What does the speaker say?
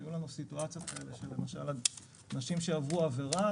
היו לנו סיטואציות כאלה שלמשל על אנשים שעברו עבירה